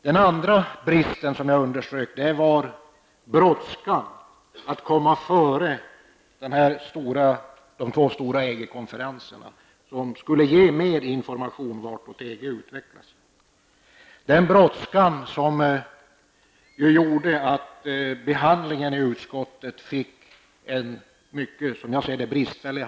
Den andra bristen som jag underströk är brådskan att komma före de två stora EG-konferenserna, som skulle kunna ge mer information om vartåt EG utvecklas. Det är den brådskan som gjort att behandlingen i utskottet blev, som jag ser det, mycket bristfällig.